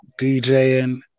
DJing